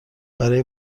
برای